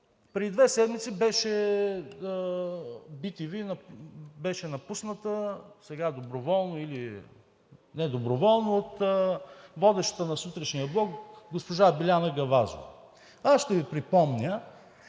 преди две седмици bTV беше напусната – доброволно или недоброволно – от водещата на сутрешния блок госпожа Биляна Гавазова. Аз ще Ви припомня,